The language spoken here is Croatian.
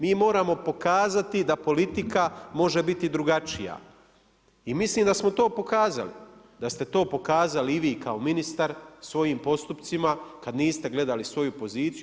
Mi moramo pokazati da politika može biti drugačija i mislim da smo to pokazali, da ste to pokazali i vi kao ministar svojim postupcima kad niste gledali svoju poziciju.